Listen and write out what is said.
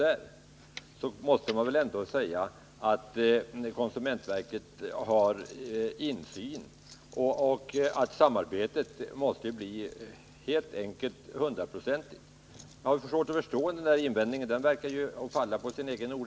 Då får man väl ändå medge att konsumentverket har möjligheter till samarbete och att samarbetet helt enkelt måste bli hundraprocentigt. Jag har svårt att förstå den här invändningen.